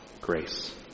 grace